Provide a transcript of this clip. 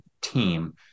team